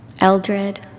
Eldred